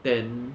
ten